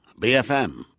BFM